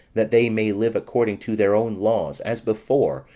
that they may live according to their own laws, as before.